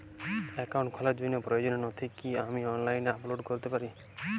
Account খোলার জন্য প্রয়োজনীয় নথি কি আমি অনলাইনে আপলোড করতে পারি?